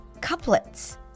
Couplets